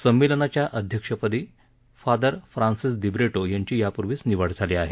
संमेलनाच्या अध्यक्षपदी father Francis Dibrito यांची यापूर्वीच निवड झाली आहे